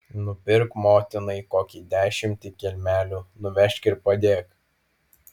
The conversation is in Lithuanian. nupirk motinai kokį dešimtį kelmelių nuvežk ir padėk